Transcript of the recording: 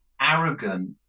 arrogant